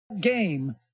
Game